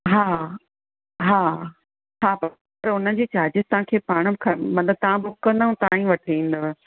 हा हा हा पोइ पर हुनजी चार्जिस तव्हांखे पाणि मतिलबु तव्हां बुक कंदव तव्हां ई वठी ईंदव